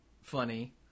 funny